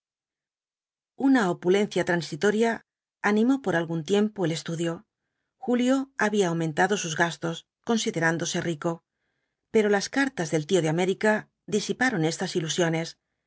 una opulencia transitoria animó por algún tiempo el estudio julio había aumentado sus gastos considerándose rico pero las cartas del tío de américa disiparon estas ilusiones